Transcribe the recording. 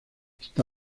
está